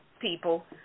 people